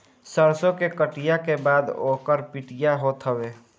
सरसो के कटिया के बाद ओकर पिटिया होत हवे